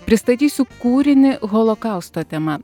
pristatysiu kūrinį holokausto tema